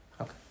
Okay